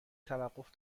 توقف